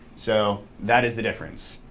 so that is the difference.